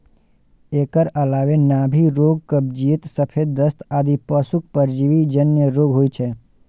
एकर अलावे नाभि रोग, कब्जियत, सफेद दस्त आदि पशुक परजीवी जन्य रोग होइ छै